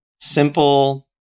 simple